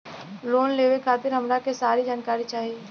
Loan लेवे खातीर हमरा के सारी जानकारी चाही?